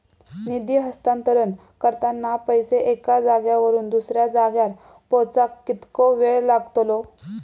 निधी हस्तांतरण करताना पैसे एक्या जाग्यावरून दुसऱ्या जाग्यार पोचाक कितको वेळ लागतलो?